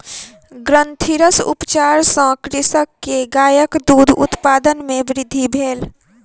ग्रंथिरस उपचार सॅ कृषक के गायक दूध उत्पादन मे वृद्धि भेल